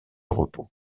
repos